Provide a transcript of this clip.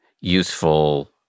useful